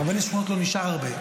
רבני שכונות לא נשארו הרבה,